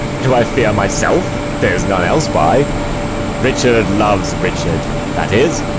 do i fear myself? there's none else by richard loves richard that is,